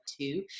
two